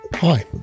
Hi